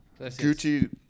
Gucci